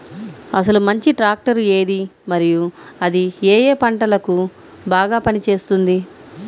అసలు మంచి ట్రాక్టర్ ఏది మరియు అది ఏ ఏ పంటలకు బాగా పని చేస్తుంది?